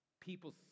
People